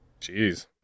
Jeez